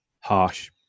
Harsh